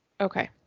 Okay